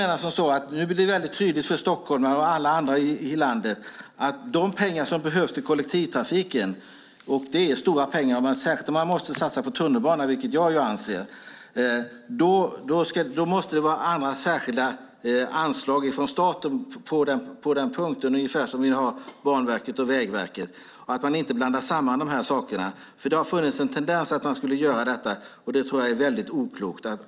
Nu blir det väldigt tydligt för stockholmare och alla andra i landet när det gäller de pengar som behövs till kollektivtrafiken. Det är stora pengar särskilt om man måste satsa på tunnelbana, vilket jag anser. Det måste då vara andra särskilda anslag från staten på den punkten, ungefär som vi har med Banverket och Vägverket. Det är viktigt att man inte blandar samman de sakerna. Det finns en tendens att göra detta, och det tror jag är väldigt oklokt.